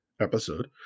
episode